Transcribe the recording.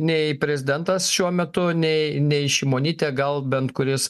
nei prezidentas šiuo metu nei nei šimonytė gal bent kuris